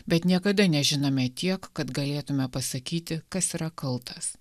bet niekada nežinome tiek kad galėtume pasakyti kas yra kaltas